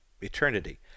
eternity